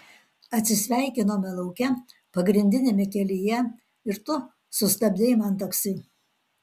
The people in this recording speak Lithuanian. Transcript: atsisveikinome lauke pagrindiniame kelyje ir tu sustabdei man taksi